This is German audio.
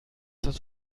das